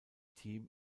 team